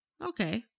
Okay